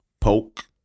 Poke